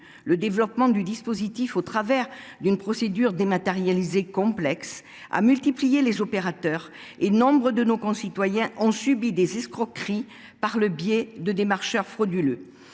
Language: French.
Le développement du dispositif au travers d’une procédure dématérialisée complexe a multiplié le nombre d’opérateurs, si bien que nombre de nos concitoyens ont subi des escroqueries de la part de démarcheurs frauduleux.